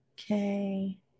Okay